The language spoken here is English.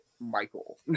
Michael